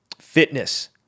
fitness